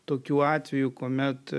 tokių atvejų kuomet